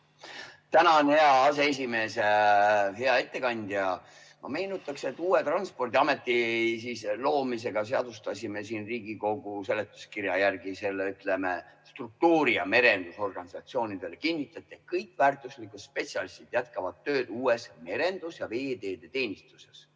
hea aseesimees! Hea ettekandja! Ma meenutaksin, et uue Transpordiameti loomisega me seadustasime siin Riigikogus seletuskirja järgi selle, ütleme, struktuuri. Merendusorganisatsioonidele kinnitati, et kõik väärtuslikud spetsialistid jätkavad tööd uues merenduse ja veeteede teenistuses.